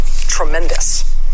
tremendous